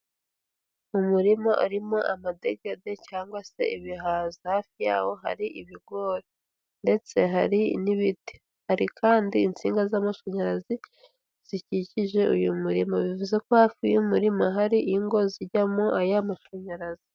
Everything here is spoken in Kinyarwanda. Mu murima harimo amadegede cyangwa se ibihaza, hafi yaho hari ibigori ndetse hari n'ibiti, hari kandi insinga z'amashanyarazi zikikije uyu murima, bivuze ko hafi y'umurima hari ingo zijyamo aya mashanyarazi.